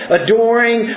adoring